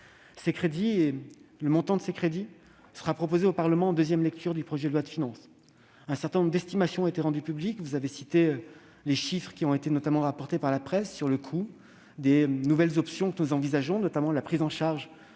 Le montant des crédits sera proposé au Parlement en nouvelle lecture du projet de loi de finances. Un certain nombre d'estimations ont été rendues publiques. Vous avez évoqué les chiffres qui ont été rapportés par la presse sur le coût des nouvelles options que nous envisageons. Je pense notamment à la prise en charge